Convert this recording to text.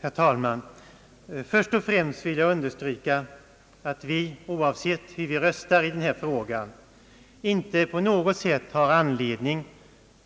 Herr talman! Först och främst vill jag understryka att vi, oavsett hur vi röstar i denna fråga, inte på något sätt har anledning